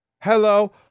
Hello